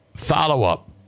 follow-up